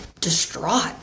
distraught